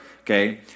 Okay